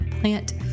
Plant